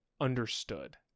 understood